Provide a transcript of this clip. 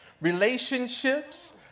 relationships